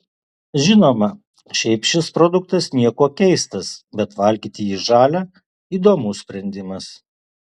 žinoma šiaip šis produktas niekuo keistas bet valgyti jį žalią įdomus sprendimas